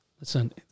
Listen